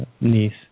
niece